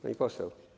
Pani Poseł!